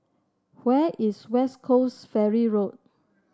where is West Coast Ferry Road